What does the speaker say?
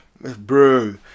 bro